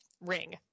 ring